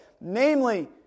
Namely